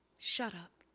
shut up